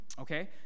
Okay